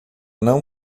não